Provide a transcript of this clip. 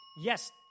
Yes